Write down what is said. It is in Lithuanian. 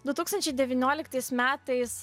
du tūkstančiai devynioliktais metais